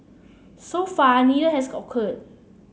so far neither has occurred